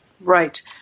Right